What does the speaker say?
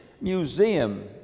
Museum